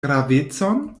gravecon